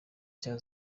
cya